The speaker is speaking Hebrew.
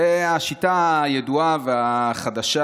זו השיטה הידועה והחדשה,